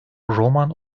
roman